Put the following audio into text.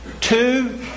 two